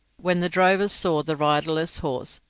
when the drovers saw the riderless horse,